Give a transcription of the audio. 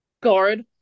guard